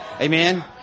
Amen